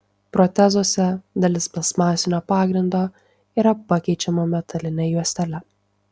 protezuose dalis plastmasinio pagrindo yra pakeičiama metaline juostele